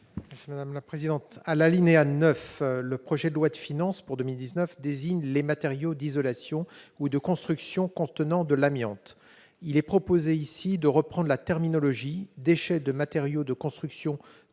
est à M. Olivier Cadic. Le projet de loi de finances pour 2019 désigne « les matériaux d'isolation ou de construction contenant de l'amiante ». Il est proposé de reprendre la terminologie « déchets de matériaux de construction